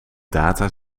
data